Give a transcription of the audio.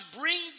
bring